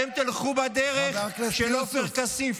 אתם תלכו בדרך של עופר כסיף.